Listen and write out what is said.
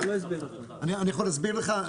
אני יכול להסביר לך?